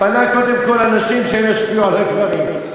פנה קודם כול לנשים שהן ישפיעו על הגברים.